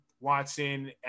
Watson